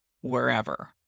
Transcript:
wherever